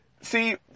See